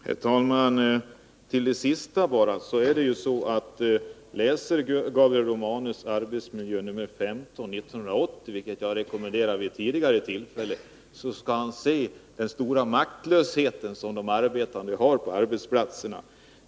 Herr talman! Till det sista vill jag säga att läser Gabriel Romanus tidskriften Arbetsmiljö nr 15 1980, som jag har rekommenderat vid ett tidigare tillfälle, kan han konstatera den stora maktlöshet som de arbetande känner på arbetsplatserna.